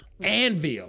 Anvil